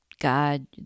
God